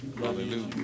Hallelujah